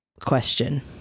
question